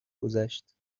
گذشت